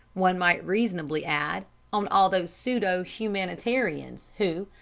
one might reasonably add, on all those pseudo-humanitarians who,